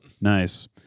Nice